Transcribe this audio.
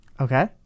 Okay